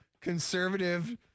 conservative